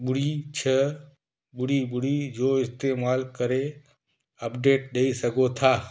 ॿुड़ी छह ॿुड़ी ॿुड़ी जो इस्तेमाल करे अपडेट ॾेई सघो था